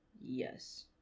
yes